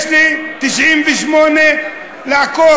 יש לי 98 כדי לעקוף.